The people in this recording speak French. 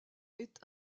est